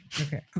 Okay